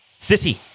Sissy